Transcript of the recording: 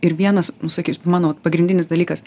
ir vienas sakys mano vat pagrindinis dalykas